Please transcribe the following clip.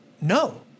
no